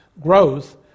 growth